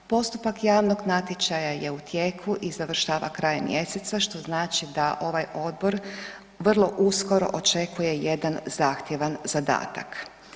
Postupak javnog natječaja je u tijeku i završava krajem mjeseca, što znači da ovaj odbor vrlo uskoro očekuje jedan zahtjevan zadatak.